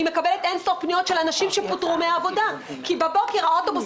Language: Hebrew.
אני מקבלת אין-ספור פניות של אנשים שפוטרו מן העבודה כי בבוקר האוטובוס